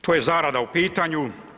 Tu je zarada u pitanju.